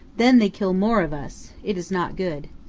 then they kill more of us. it is not good.